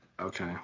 Okay